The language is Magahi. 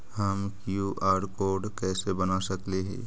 हम कियु.आर कोड कैसे बना सकली ही?